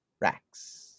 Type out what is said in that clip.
racks